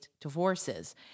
divorces